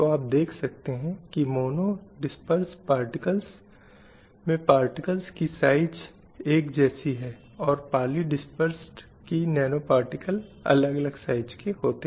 कन्या भ्रूण हत्या के संबंध में मूल रूप से जो लड़की के ऊपर लड़के की पसंद से आता है